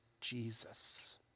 Jesus